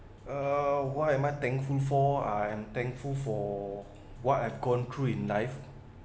uh why am I thankful for I am thankful for what I've gone through in life